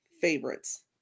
favorites